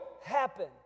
happen